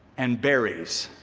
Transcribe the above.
and berries,